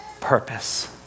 purpose